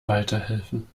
weiterhelfen